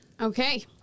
Okay